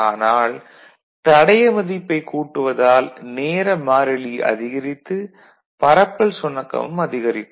ஆனால் தடைய மதிப்பைக் கூட்டுவதால் நேர மாறிலி அதிகரித்து பரப்பல் சுணக்கமும் அதிகரிக்கும்